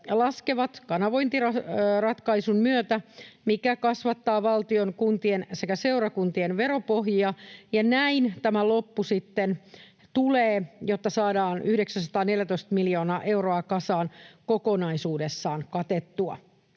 laskevat kanavointiratkaisun myötä, mikä kasvattaa valtion, kuntien sekä seurakuntien veropohjia, ja näin tämä loppu sitten tulee, jotta saadaan 914 miljoonaa euroa kasaan ja kokonaisuudessaan katettua.